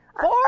four